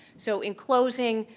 so in closing,